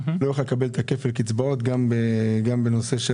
לא יוכל לקבל כפל קצבאות גם בנושא של